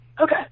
okay